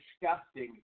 disgusting